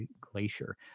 glacier